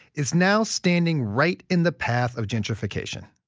is now standing right in the path of gentrification.